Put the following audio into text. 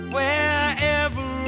Wherever